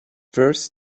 first